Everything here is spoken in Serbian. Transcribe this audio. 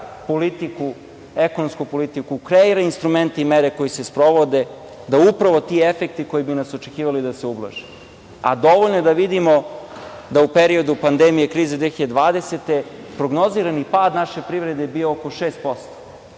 ekonomsku politiku, kreira instrumente i mere koje se sprovode da se upravo ti efekti koji bi nas očekivali ublaže. Dovoljno je da vidimo da u periodu pandemije krize 2020. godine prognozirani pad naše privrede je bio oko 6%,